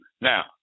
now